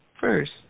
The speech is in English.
First